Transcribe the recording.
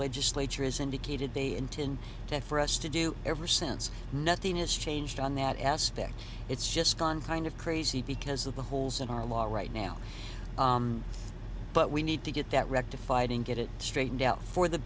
legislature has indicated they intend to for us to do ever since nothing has changed on that aspect it's just gone kind of crazy because of the holes in our law right now but we need to get that rectified and get it straightened out for the